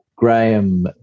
Graham